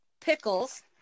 pickles